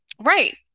right